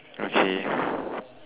okay mmhmm